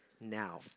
now